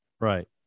Right